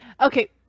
Okay